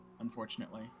unfortunately